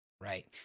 right